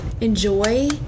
enjoy